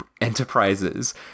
Enterprises